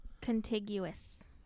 Contiguous